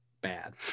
bad